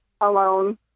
alone